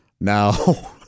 Now